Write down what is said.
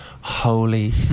holy